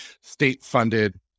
state-funded